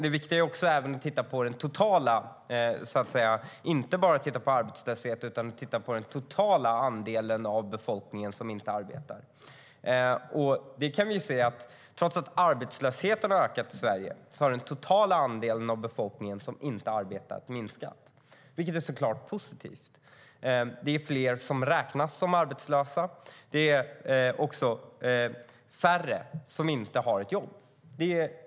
Det är också viktigt att inte bara titta på arbetslösheten utan titta på den totala andelen av befolkningen som inte arbetar. Trots att arbetslösheten har ökat i Sverige kan vi se att den totala andelen av befolkningen som inte arbetar minskat, vilket såklart är positivt. Det är fler som räknas som arbetslösa, och det är färre som inte har ett jobb.